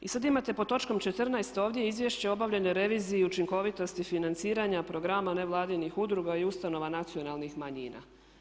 Sad imate pod točkom 14. ovdje Izvješće o obavljenoj reviziji i učinkovitosti financiranja programa nevladinih udruga i ustanova nacionalnih manjina.